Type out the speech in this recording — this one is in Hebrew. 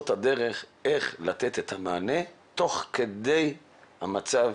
את הדרך כיצד לתת את המענה תוך כדי המצב